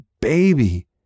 baby